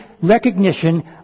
recognition